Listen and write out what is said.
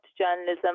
journalism